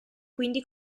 quindi